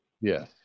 Yes